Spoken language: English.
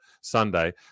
Sunday